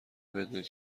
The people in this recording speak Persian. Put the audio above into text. بدونید